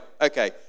Okay